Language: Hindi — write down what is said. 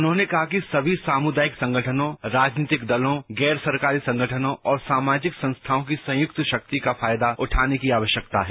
उन्होंने कहा कि सभी सामुदायिक संगठनों राजनीतिक दलों गैर सरकारी संगठनों और सामाजिक संस्थाओं की संयुक्त शक्ति का फायदा उठाने की आवश्यकता है